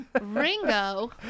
Ringo